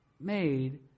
made